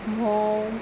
म्होंव